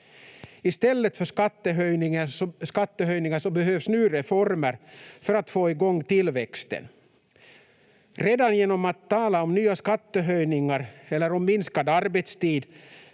I stället för skattehöjningar behövs nu reformer för att få igång tillväxten. Redan genom att tala om nya skattehöjningar eller om minskad arbetstid